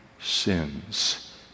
sins